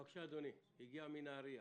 בבקשה, אדוני שהגיע מנהריה.